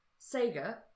Sega